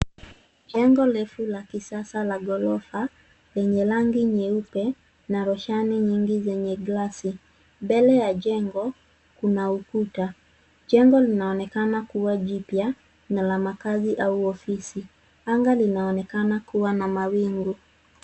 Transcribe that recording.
Jengo refu la kisasa la ghorofa, lenye rangi nyeupe, na roshani nyingi zenye glasi. Mbele ya jengo, kuna ukuta. Jengo linaonekana kuwa jipya, na la makazi, au ofisi. Anga linaonekana kuwa na mawingu.